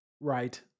Right